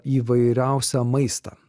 įvairiausią maistą